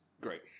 Great